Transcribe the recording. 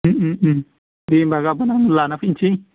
उम उम उम दे होमब्ला आं गाबोन लाना फैनसै